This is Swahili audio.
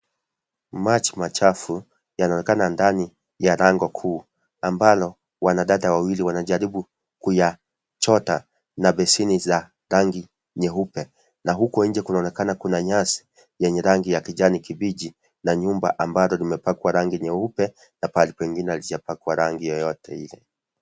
Maji machafu, yanaonekana ndani ya lango kuu, ambalo, wanadada wawili wanajaribu kuyachota, na basini za rangi nyeupe, na huko nje kunaonekana kuna nyasi yenye rangi ya kijani kimbihci, na nyumba ambao limepakwa rangi nyeupe na pahali pengine haijapakwa rangi yoyote mile.